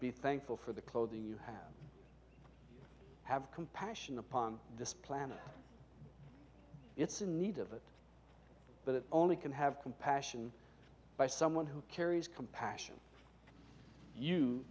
be thankful for the clothing you have have compassion upon this planet it's in need of it but it only can have compassion by someone who carries compassion you